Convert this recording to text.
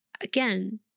again